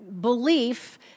belief